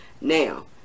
now